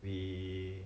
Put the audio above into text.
we